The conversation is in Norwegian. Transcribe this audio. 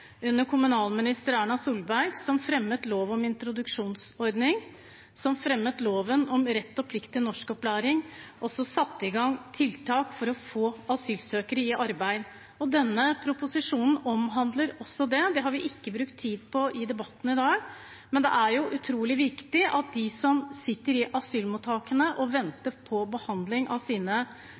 under daværende kommunalminister Erna Solberg, som fremmet lov om introduksjonsordning, som fremmet loven om rett og plikt til norskopplæring, og som satte i gang tiltak for å få asylsøkere i arbeid. Denne proposisjonen omhandler også det. Det har vi ikke brukt tid på i debatten i dag, men det er utrolig viktig at de som sitter i asylmottakene og venter på behandling av sine